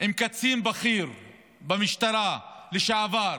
עם קצין בכיר במשטרה לשעבר.